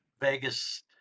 vegas